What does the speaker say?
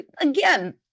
Again